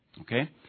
Okay